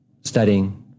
studying